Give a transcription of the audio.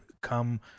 come